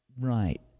Right